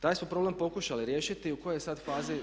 Taj smo problem pokušali riješiti, u kojoj je sad fazi?